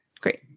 great